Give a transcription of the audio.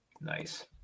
Nice